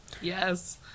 Yes